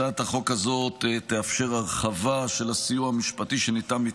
הצעת החוק הזאת תאפשר הרחבה של הסיוע המשפטי שניתן היום